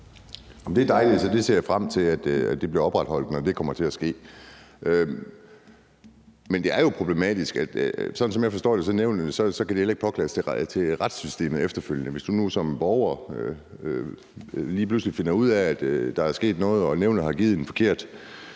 Det er dejligt. Så jeg ser frem til, at det bliver opretholdt, når det kommer til at ske. Men det er jo problematisk at det heller ikke, sådan som jeg forstår det, kan påklages i retssystemet efterfølgende. Hvis du nu som borger lige pludselig finder ud af, at der er sket noget og nævnet har truffet en forkert